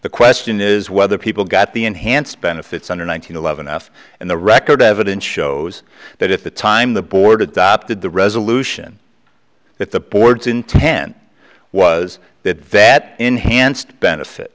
the question is whether people got the enhanced benefits under one thousand eleven f and the record evidence shows that at the time the board adopted the resolution that the board's intent was that that enhanced benefit